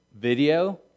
video